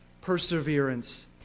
Perseverance